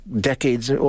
decades